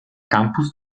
campus